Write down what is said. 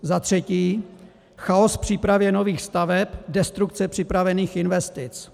za třetí chaos v přípravě nových staveb, destrukce připravených investic,